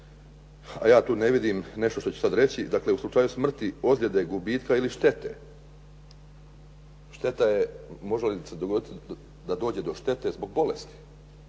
a ja tu ne vidim nešto što ću sad reći. Dakle, u slučaju smrti, ozljede, gubitka ili štete. Šteta je može li se dogoditi da dođe do štete zbog bolesti,